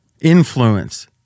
influence